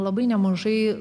labai nemažai